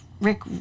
Rick